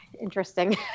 interesting